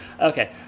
Okay